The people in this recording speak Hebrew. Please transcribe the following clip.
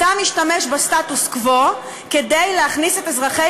אתה משתמש בסטטוס-קוו כדי להכניס את אזרחיות